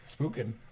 Spooking